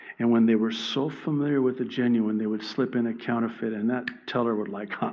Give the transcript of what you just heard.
and when they were so familiar with a genuine, they would slip in a counterfeit. and that teller would like,